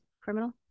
Criminal